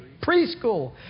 preschool